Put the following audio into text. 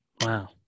wow